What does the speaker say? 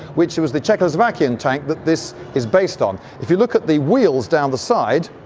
which was the czechoslovakian tank that this is based on. if you look at the wheels down the side,